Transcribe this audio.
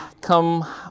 come